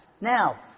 Now